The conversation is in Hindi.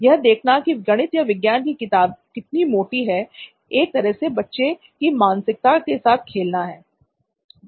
यह देखना कि गणित या विज्ञान की किताब कितनी मोटी है एक तरह से बच्चे की मानसिकता के साथ खेलना है